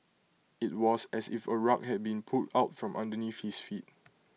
IT was as if A rug had been pulled out from underneath his feet